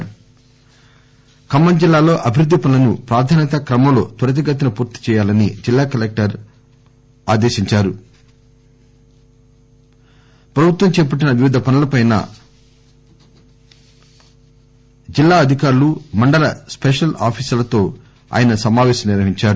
Khammam collector Khammam జిల్లాలో అభివృద్ది పనులను ప్రాధాన్యతాక్రమంలో త్వరితగతీన పూర్తి చేయాలని జిల్లా కలెక్టర్ ప్రభుత్వం దేపట్టిన వివిధ పనులపై జిల్లా అధికారులు మండల స్పెషల్ ఆఫీసర్లతో సమాపేశం నిర్వహించారు